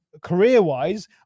career-wise